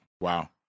Wow